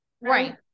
right